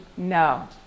No